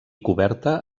coberta